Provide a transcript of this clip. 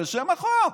בשם החוק.